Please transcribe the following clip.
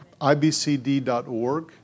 ibcd.org